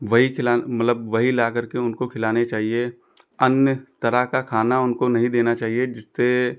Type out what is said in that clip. वही खिलान मतलब वही ला करके उनको खिलाने चाहिए अन्य तरह का खाना उनको नहीं देना चाहिए जिससे